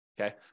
Okay